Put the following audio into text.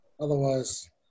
Otherwise